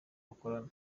bakorana